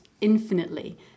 infinitely